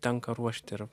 tenka ruošti ir